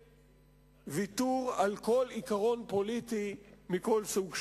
ויתור על כל עיקרון פוליטי מכל סוג שהוא.